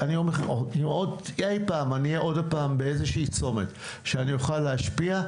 ואם אי פעם אני אהיה עוד הפעם באיזושהי צומת שאני אוכל להשפיע,